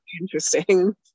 interesting